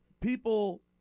people